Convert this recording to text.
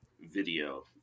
video